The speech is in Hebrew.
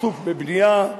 עסוק בבנייה,